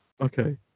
Okay